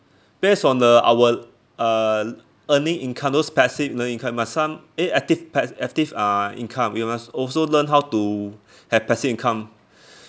based on the our uh earning income those passive earning income must some eh active pas~ active uh income you must also learn how to have passive income